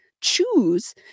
choose